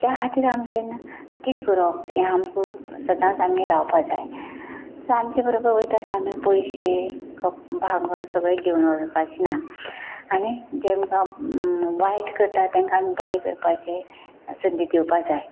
त्या खातीर आमी जेन्ना कितें करप हें आमकां सदांच आमी रावपाक जाय सो आमचे बरोबर वयता आसता आमी पयशे कप भांगर सगळें घेवन वजपाचें ना आनी जें अमकां वायट करता तांकां आमी बरें करपाची संदी दिवपाक जाय